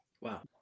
Wow